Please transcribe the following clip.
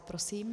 Prosím.